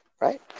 right